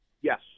Yes